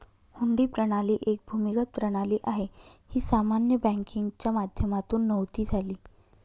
हुंडी प्रणाली एक भूमिगत प्रणाली आहे, ही सामान्य बँकिंगच्या माध्यमातून नव्हती झाली